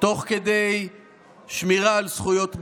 תוך כדי שמירה על זכויות מיעוט.